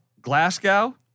Glasgow